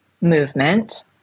movement